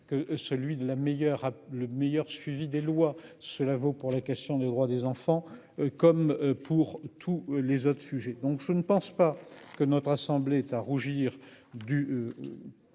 que celui de la meilleure le meilleur suivi des lois. Cela vaut pour la question des droits des enfants. Comme pour tous les autres sujets, donc je ne pense pas que notre assemblée est à rougir du.